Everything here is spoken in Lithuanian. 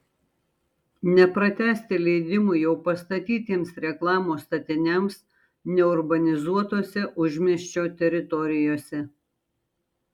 nepratęsti leidimų jau pastatytiems reklamos statiniams neurbanizuotose užmiesčio teritorijose